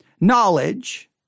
knowledge